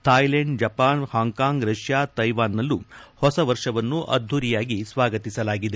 Thailand Japan Hong Kong Russia Taiwan ನಲ್ಲೂ ಹೊಸವರ್ಷವನ್ನು ಅದ್ಧೂರಿಯಾಗಿ ಸ್ವಾಗತಿಸಲಾಗಿದೆ